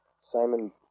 Simon